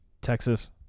Texas